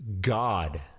God